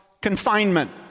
confinement